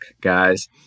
guys